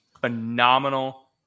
phenomenal